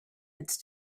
its